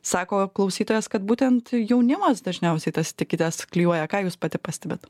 sako klausytojas kad būtent jaunimas dažniausiai tas etiketes klijuoja ką jūs pati pastebit